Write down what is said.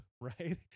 right